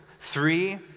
three